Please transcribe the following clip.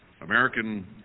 American